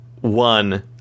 one